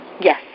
Yes